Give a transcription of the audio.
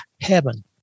heaven